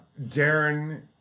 Darren